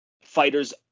fighters